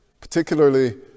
Particularly